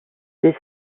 this